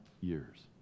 years